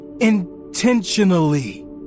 intentionally